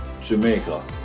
Jamaica